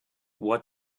what